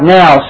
now